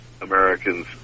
Americans